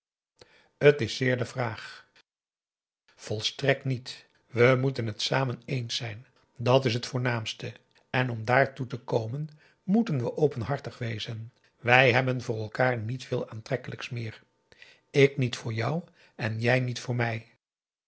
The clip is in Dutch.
t is zeer de vraag volstrekt niet we moeten het samen eens zijn dat is het voornaamste en om daartoe te komen moeten we openhartig wezen wij hebben voor elkaar niet veel aantrekkelijks meer ik niet voor jou en jij niet voor mij